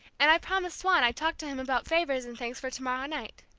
and i promised swann i'd talk to him about favors and things for tomorrow night.